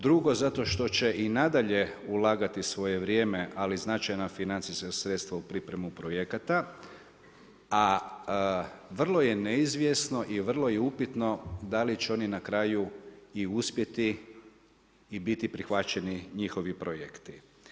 Drugo zato što će i nadalje ulagati svoje vrijeme ali i značajna financijska sredstva u pripremu projekata a vrlo je neizvjesno i vrlo je upitno da li će oni na kraju i uspjeti i biti prihvaćeni njihovi projekti.